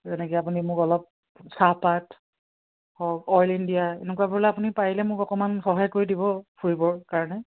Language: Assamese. যেনেকৈ আপুনি মোক অলপ চাহপাত হওক অইল ইণ্ডিয়া এনেকুৱাবোৰলৈ আপুনি পাৰিলে মোক অকমান সহায় কৰি দিব ফুৰিবৰ কাৰণে